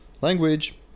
Language